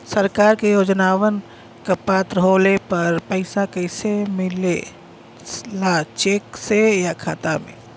सरकार के योजनावन क पात्र होले पर पैसा कइसे मिले ला चेक से या खाता मे?